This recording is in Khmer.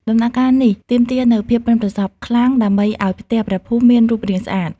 ដំណាក់កាលនេះទាមទារនូវភាពប៉ិនប្រសប់ខ្លាំង ដើម្បីឲ្យផ្ទះព្រះភូមិមានរូបរាងស្អាត។